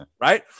Right